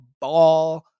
ball